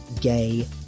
gay